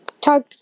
Talk